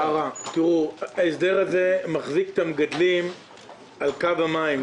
ההסדר הזה מחזיק את המגדלים על קו המים,